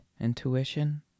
intuition